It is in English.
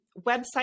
website